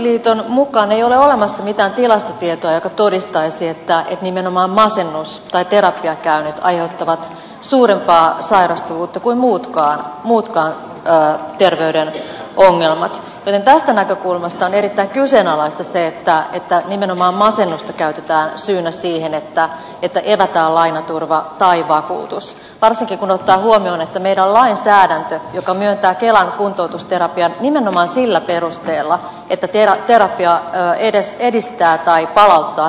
psykologiliiton mukaan ei ole olemassa mitään tilastotietoa joka todistaisi että nimenomaan masennus tai terapiakäynnit aiheuttavat suurempaa sairastavuutta kuin muutkaan terveyden ongelmat joten tästä näkökulmasta on erittäin kyseenalaista se että nimenomaan masennusta käytetään syynä siihen että evätään lainaturva tai vakuutus varsinkin kun ottaa huomioon että lainsäädäntö myöntää kelan kuntoutusterapian nimenomaan sillä perusteella että terapia edistää tai palauttaa työkyvyn